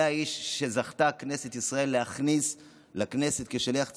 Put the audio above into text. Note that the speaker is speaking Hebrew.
זה האיש שזכתה כנסת ישראל להכניס אל הכנסת כשליח ציבור.